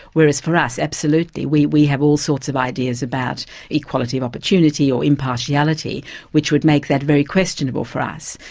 whereas for us, absolutely we we have all sorts of ideas about equality of opportunity or impartiality which would make that very questionable for us.